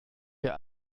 wir